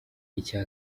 icya